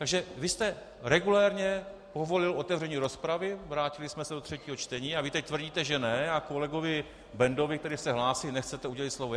Takže vy jste regulérně povolil otevření rozpravy, vrátili jsme se do třetího čtení, a vy teď tvrdíte že ne, a kolegovi Bendovi, který se hlásil, nechcete udělit slovo.